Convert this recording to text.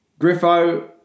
Griffo